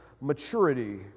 maturity